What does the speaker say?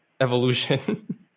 evolution